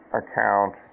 account